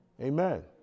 Amen